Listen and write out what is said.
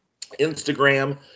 Instagram